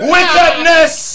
Wickedness